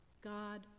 God